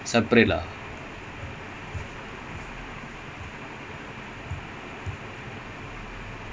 differentiate between ya differentiate between fillers interjections and discourse particles